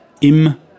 Im